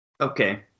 Okay